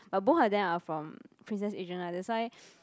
but both of them are from Princess Agent ah that's why